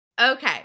Okay